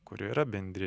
kurie yra bendri